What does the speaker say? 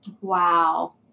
Wow